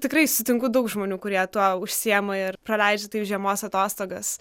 tikrai sutinku daug žmonių kurie tuo užsiima ir praleidžia taip žiemos atostogas